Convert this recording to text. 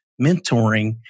mentoring